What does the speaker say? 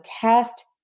test